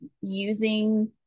using